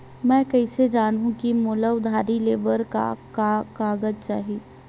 मैं कइसे जानहुँ कि मोला उधारी ले बर का का कागज चाही?